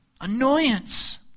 annoyance